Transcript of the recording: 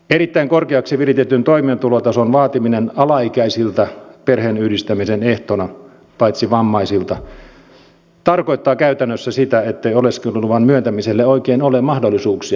erittäin korkeaksi viritetyn toimeentulotason vaatiminen alaikäisiltä perheenyhdistämisen ehtona kaikilta paitsi vammaisilta tarkoittaa käytännössä sitä ettei oleskeluluvan myöntämiselle oikein ole mahdollisuuksia